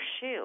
shoe